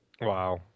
Wow